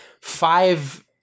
five